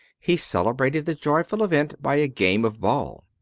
he celebrated the joyful event by a game of ball!